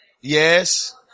Yes